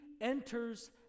enters